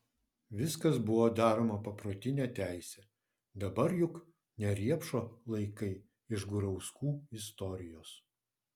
viskas buvo daroma paprotine teise dabar juk ne riepšo laikai iš gurauskų istorijos